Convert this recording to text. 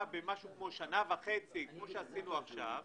במשהו כמו שנה וחצי כמו שעשינו עכשיו,